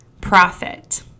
profit